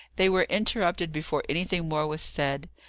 they were interrupted before anything more was said.